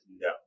no